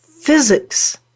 physics